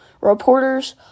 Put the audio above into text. reporters